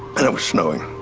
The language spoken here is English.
and it was snowing.